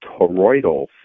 toroidal